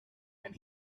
and